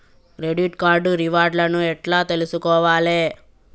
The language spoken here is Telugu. క్రెడిట్ కార్డు రివార్డ్ లను ఎట్ల తెలుసుకోవాలే?